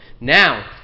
Now